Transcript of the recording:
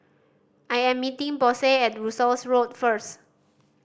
I am meeting Posey at Russels Road first